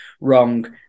wrong